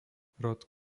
rod